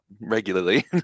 regularly